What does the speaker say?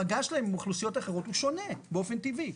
המגע שלהם עם אוכלוסיות אחרות הוא שונה באופן טבעי.